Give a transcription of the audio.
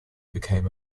became